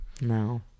No